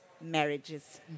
marriages